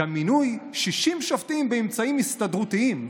גם מינוי 60 שופטים באמצעים הסתדרותיים,